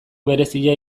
berezia